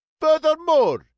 Furthermore